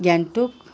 Gangtok